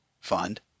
fund